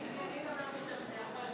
אני, אני אדבר בשם הסיעה.